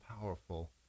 powerful